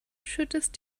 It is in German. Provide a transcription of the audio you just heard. schüttest